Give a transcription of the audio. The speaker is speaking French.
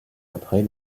après